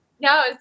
No